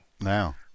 Now